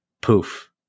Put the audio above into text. poof